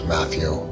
Matthew